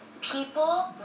people